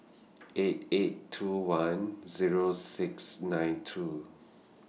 eight eight two one Zero six nine two